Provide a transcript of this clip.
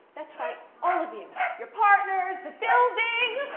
that's right, all of you! your partners, the building!